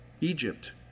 Egypt